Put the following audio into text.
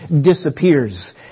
disappears